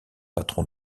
patron